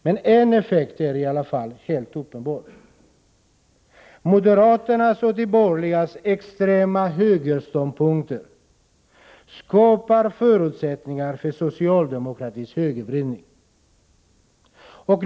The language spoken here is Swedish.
Men en effekt är i alla fall helt uppenbar: moderaternas och de andra borgerliga partiernas extrema högerståndpunkter skapar förutsättningar för socialdemokratins högervridning.